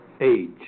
age